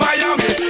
Miami